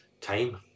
time